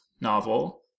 novel